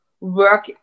work